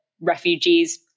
refugees